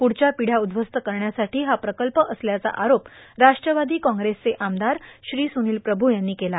प्रढच्या पिढ्या उध्वस्त करण्यासाठी हा प्रकल्प असल्याचा आरोप राष्ट्रवादी काँग्रेसचे आमदार श्री स्रनिल प्रभू यांनी केला